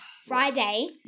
Friday